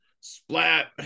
splat